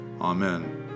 Amen